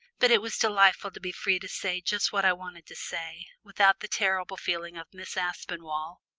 but it was delightful to be free to say just what i wanted to say, without the terrible feeling of miss aspinall,